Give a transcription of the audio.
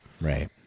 Right